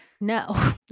No